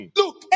look